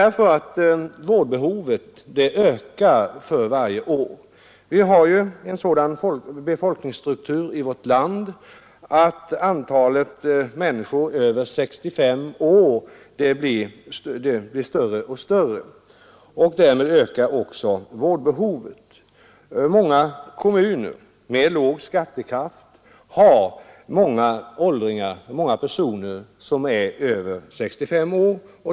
Vårdbehovet ökar för varje år. Vi har ju i vårt land en sådan befolkningsstruktur att antalet människor över 65 år blir större och större. Därmed ökar också vårdbehovet. Många kommuner med låg skattekraft har många människor som är över 65 år.